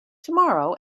tomorrow